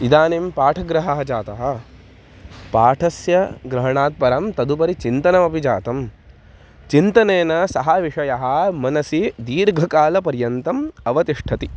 इदानीं पाठग्रहः जातः पाठस्य ग्रहणात् परं तदुपरि चिन्तनमपि जातं चिन्तनेन सः विषयः मनसि दीर्घकालपर्यन्तम् अवतिष्ठति